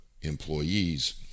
employees